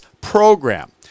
program